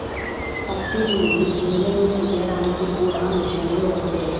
పత్తి నుండి గింజను తీయడానికి కూడా మిషన్లు వచ్చే